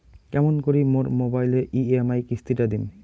কেমন করি মোর মোবাইলের ই.এম.আই কিস্তি টা দিম?